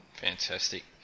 Fantastic